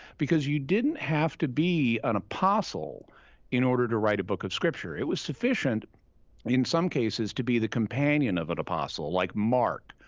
because you didn't have to be an apostle in order to write a book of scripture. it was sufficient in some cases to be the companion of an apostle, like mark,